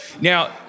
Now